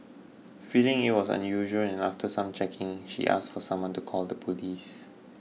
feeling it was unusual and after some checking she asked for someone to call the police